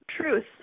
truth